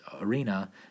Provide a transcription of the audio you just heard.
arena